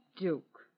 Duke